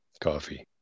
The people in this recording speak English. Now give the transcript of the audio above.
Coffee